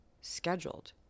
scheduled